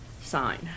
sign